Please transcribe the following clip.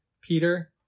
Peter